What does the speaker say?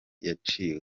yaciwe